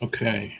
Okay